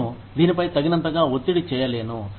నేను దీనిపై తగినంతగా ఒత్తిడి చేయలేను